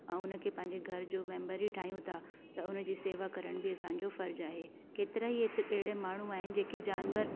ऐं हुन खे पंहिंजे घर जो मैंबर ही ठाहियूं था त हुन जी शेवा करण बि असांजो फर्ज़ु आहे केतिरा ई हिते अहिड़े माण्हू आहिनि की जानवर